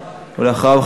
ואחריו,